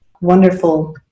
wonderful